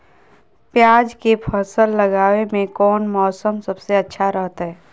प्याज के फसल लगावे में कौन मौसम सबसे अच्छा रहतय?